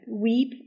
weep